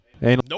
Nope